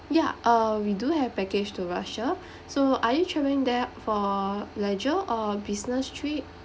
ya uh we do have package to russia so are you travelling there for leisure or business trip